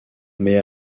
mais